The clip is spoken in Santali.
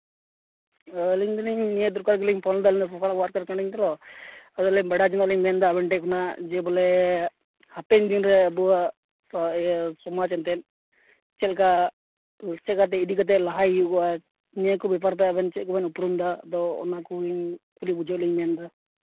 ᱚ ᱟᱹᱞᱤᱧ ᱫᱚᱞᱤᱧ ᱱᱤᱭᱟᱹ ᱫᱚᱨᱠᱟᱨ ᱜᱮᱞᱤᱧ ᱯᱷᱳᱱᱫᱟ ᱟᱹᱞᱤᱧ ᱫ ᱥᱳᱥᱟᱞ ᱳᱣᱟᱨᱠᱟᱨ ᱠᱟᱹᱱᱟᱹᱧ ᱛᱚ ᱟᱫᱚᱞᱤᱧ ᱵᱟᱲᱟᱭ ᱡᱚᱱᱟᱜ ᱞᱤᱧ ᱢᱮᱱᱫᱟ ᱟᱵᱮᱱ ᱴᱷᱮᱱ ᱠᱷᱚᱱᱟᱜ ᱡᱮᱵᱚᱞᱮ ᱦᱟᱯᱮᱱ ᱫᱤᱱᱨᱮ ᱟᱵᱚᱣᱟᱜ ᱥᱚᱢᱟᱡᱽ ᱮᱱᱛᱮᱜ ᱪᱮᱫ ᱞᱮᱠᱟ ᱪᱮᱫ ᱞᱮᱠᱟᱛᱮ ᱤᱫᱤ ᱠᱟᱛᱮᱜ ᱞᱟᱦᱟᱭ ᱦᱩᱭᱩᱜᱼᱟ ᱱᱤᱭᱟᱹ ᱠᱚ ᱵᱮᱯᱟᱨᱛᱮ ᱟᱵᱮᱱ ᱪᱮᱫ ᱠᱚᱵᱮᱱ ᱩᱯᱨᱩᱢᱫᱟ ᱟᱫᱚ ᱚᱱᱟᱠᱚ ᱤᱧ ᱠᱟᱹᱴᱤᱡ ᱵᱩᱡᱷᱟᱹᱣ ᱞᱤᱧ ᱵᱮᱱ